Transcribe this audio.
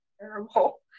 terrible